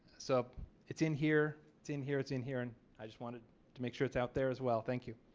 so it's in here it's in here it's in here and i just wanted to make sure it's out there as well. harris thank you